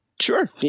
Sure